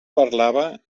parlava